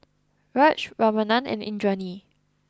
Raj Ramanand and Indranee